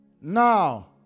Now